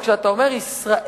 אבל כשאתה אומר ישראל,